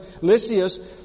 Lysias